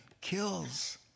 kills